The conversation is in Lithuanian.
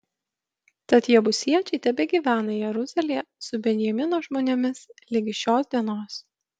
tad jebusiečiai tebegyvena jeruzalėje su benjamino žmonėmis ligi šios dienos